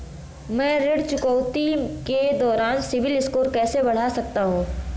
मैं ऋण चुकौती के दौरान सिबिल स्कोर कैसे बढ़ा सकता हूं?